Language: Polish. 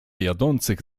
jadących